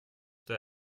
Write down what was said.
der